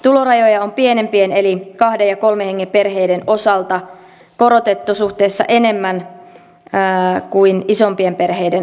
tulorajoja on pienempien eli kahden ja kolmen hengen perheiden osalta korotettu suhteessa enemmän kuin isompien perheiden kohdalla